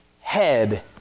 head